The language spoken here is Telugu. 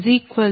514 0